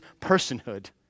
personhood